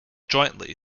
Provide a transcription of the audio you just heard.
jointly